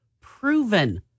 proven